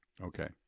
Okay